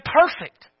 perfect